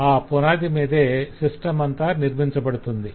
ఆ పునాదిమీదే సిస్టం అంతా నిర్మించబడుతుంది